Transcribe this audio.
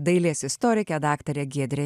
dailės istorike daktare giedre